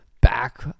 back